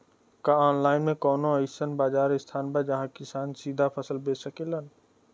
का आनलाइन मे कौनो अइसन बाजार स्थान बा जहाँ किसान सीधा फसल बेच सकेलन?